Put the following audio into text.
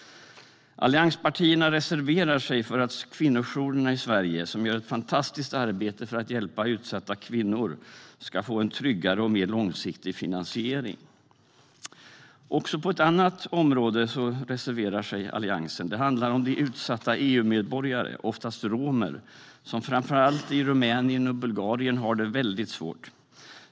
Allianspartierna reserverar sig för att kvinnojourerna i Sverige, som gör ett fantastiskt arbete för att hjälpa utsatta kvinnor, ska få en tryggare och mer långsiktig finansiering. Också på ett annat viktigt område reserverar sig Alliansen. Det handlar om de utsatta EU-medborgare, oftast romer, som framför allt i Rumänien och Bulgarien har det väldigt svårt.